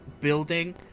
building